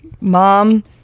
Mom